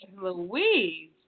Louise